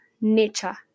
nature